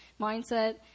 mindset